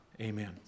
Amen